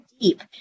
deep